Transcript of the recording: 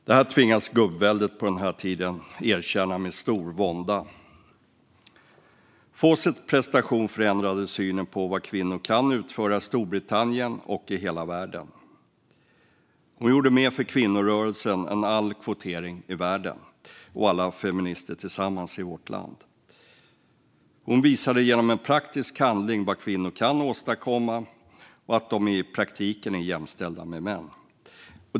Det här tvingas gubbväldet på den tiden erkänna under stor vånda. Fawcetts prestation förändrade synen på vad kvinnor kan utföra i Storbritannien och i hela världen. Hon gjorde mer för kvinnorörelsen än all kvotering i världen och alla feminister tillsammans i vårt land. Hon visade genom en praktisk handling vad kvinnor kan åstadkomma och att de i praktiken är jämställda med män.